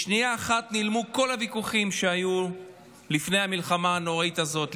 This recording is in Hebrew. בשנייה אחת נעלמו כל הוויכוחים שהיו לפני המלחמה הנוראית הזאת,